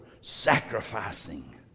sacrificing